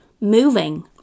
Moving